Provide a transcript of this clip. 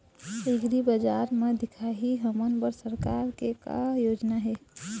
एग्रीबजार म दिखाही हमन बर सरकार के का योजना हे?